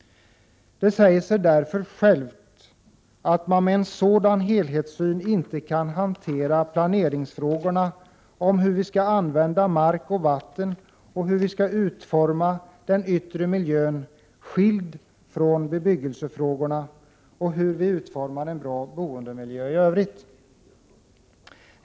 Det säger sig självt att man med en sådan helhetssyn inte kan hantera planeringsfrågorna om hur vi skall använda mark och vatten och hur vi skall utforma den yttre miljön skilt från bebyggelsefrågorna — och hur vi utformar en bra boendemiljö i övrigt.